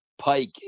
Pike